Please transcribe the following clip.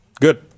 Good